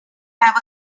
have